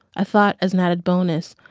i thought as an added bonus,